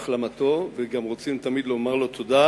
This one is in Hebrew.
להחלמתו, וגם רוצים תמיד לומר לו תודה